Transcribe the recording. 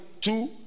Two